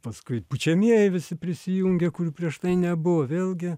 paskui pučiamieji visi prisijungė kurių prieš tai nebuvo vėlgi